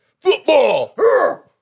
Football